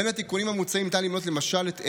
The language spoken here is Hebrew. בין התיקונים המוצעים ניתן למנות למשל את אלו: